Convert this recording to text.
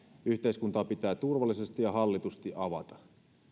yhteiskuntaa pitää turvallisesti ja hallitusti avata